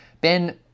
Ben